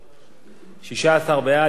16 בעד, אין מתנגדים, אין נמנעים.